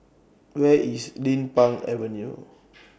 Where IS Din Pang Avenue